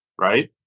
right